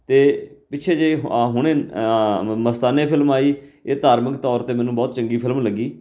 ਅਤੇ ਪਿੱਛੇ ਜਿਹੇ ਹ ਹੁਣੇ ਮਸਤਾਨੇ ਫਿਲਮ ਆਈ ਇਹ ਧਾਰਮਿਕ ਤੌਰ 'ਤੇ ਮੈਨੂੰ ਬਹੁਤ ਚੰਗੀ ਫਿਲਮ ਲੱਗੀ